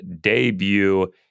debut